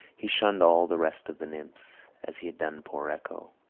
he shunned all the rest of the nymphs, as he had done poor echo.